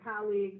colleagues